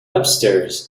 upstairs